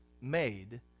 made